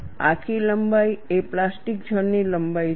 આખી લંબાઈ એ પ્લાસ્ટિક ઝોન ની લંબાઈ છે